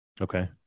Okay